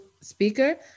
speaker